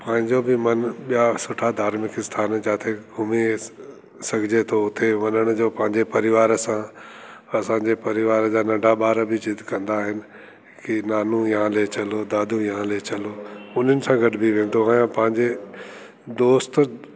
पहिंजो बि मन ॿिया सुठा धार्मिक स्थान जिते घुमी सघिजे थो उते वञण जो पंहिंजे परिवार सां असांजे परिवार जा नंढा ॿार बि जिद कंदा आहिनि की नानू यहां ले चलो दादू यहां ले चलो उननि सां गॾु बि वेंदो आहियां पंहिंजे दोस्त